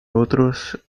otros